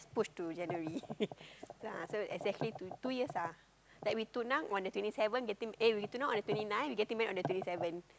postpone to January ya so exactly two two years ah like we tunang on the twenty seven getting eh we tunang on the twenty nine we getting married on the twenty seven